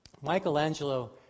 Michelangelo